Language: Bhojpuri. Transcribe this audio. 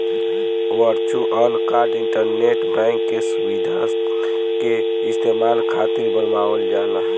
वर्चुअल कार्ड इंटरनेट बैंक के सुविधा के इस्तेमाल खातिर बनावल जाला